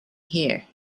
here